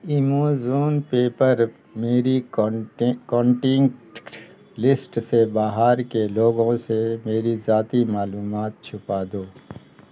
Amazon پے پر میری کونٹینٹ لسٹ سے باہر کے لوگوں سے میری ذاتی معلومات چھپا دو